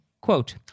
quote